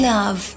Love